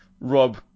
Rob